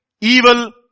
evil